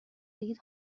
بگید